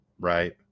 Right